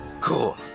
Cool